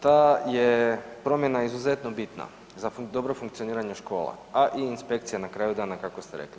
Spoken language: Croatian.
Ta je promjena izuzetno bitna za dobro funkcioniranje škola, a i inspekcija na kraju dana kako ste rekli.